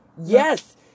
Yes